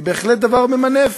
היא בהחלט דבר ממנף,